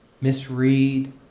misread